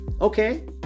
okay